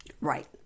Right